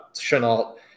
Chenault